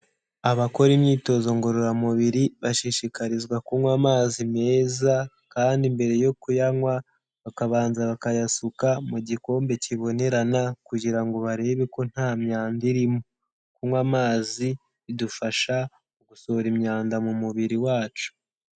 Abakora imyitozo ngororamubiri bashishikarizwa kunywa amazi meza kandi mbere yo kuyanywa bakabanza bakayasuka mu gikombe kibonerana kugira ngo barebe ko nta myanda irimo, kunywa amazi bidufasha mu gusohora imyanda mu mubiri wacu.